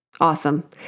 Awesome